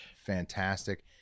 Fantastic